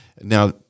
now